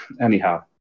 Anyhow